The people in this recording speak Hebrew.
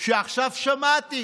שעכשיו שמעתי